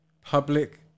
public